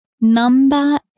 number